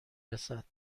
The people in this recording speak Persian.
رسد